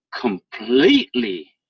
completely